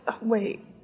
wait